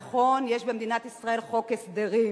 נכון, יש במדינת ישראל חוק הסדרים.